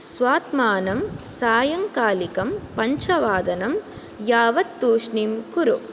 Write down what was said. स्वात्मानं सायङ्कालिकं पञ्चवादनं यावत् तूष्णीं कुरु